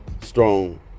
strong